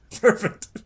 Perfect